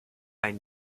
ein